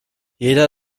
jeder